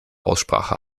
aussprache